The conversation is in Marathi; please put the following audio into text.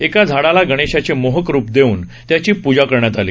एका झाडाला गणेशाचे मोहक रुप देउन त्याची प्जा करण्यात आली